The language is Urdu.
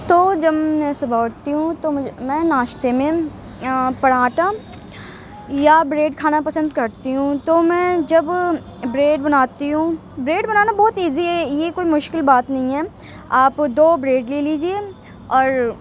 تو جب میں صبح اٹھتی ہوں تو میں ناشتے میں پرانٹھا یا بریڈ کھانا پسند کرتی ہوں تو میں جب بریڈ بناتی ہوں بریڈ بنانا بہت ایزی ہے یہ کوئی مشکل بات نہیں ہے آپ دو بریڈ لے لیجیے اور